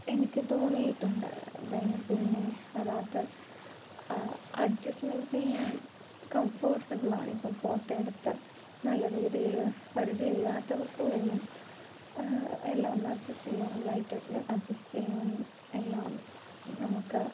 എനിക്ക് തോന്നിയിട്ടുണ്ട് ദെൻ പിന്നെ അതിനകത്ത് അഡ്ജസ്സ്മെൻ്റ്സ് ചെയ്യാൻ കംഫോർട്ടബിളാണ് ഇപ്പം ഫോട്ടോ എടുത്ത് നല്ല രീതിയിൽ പരിചയം ഇല്ലാത്തവർക്ക് പോലും എല്ലാം ഒന്ന് അഡ്ജസ്റ്റ് ചെയ്യാനും ലൈറ്റ് ഇട്ട് അഡ്ജസ്റ്റ് ചെയ്യാനും എല്ലാം നമുക്ക്